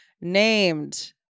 named